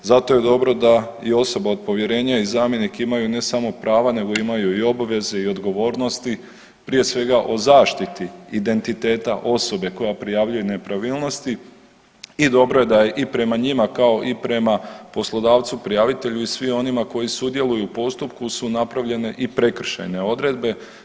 Zato je dobro da i osoba od povjerenja i zamjenik imaju ne samo prava, nego imaju i obveze i odgovornosti prije svega o zaštiti identiteta osobe koja prijavljuje nepravilnosti i dobro je da i prema njima kao i prema poslodavcu prijavitelju i svim onima koji sudjeluju u postupku su napravljene i prekršajne odredbe.